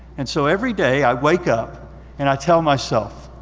and so every day i wake up and i tell myself,